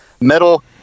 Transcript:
metal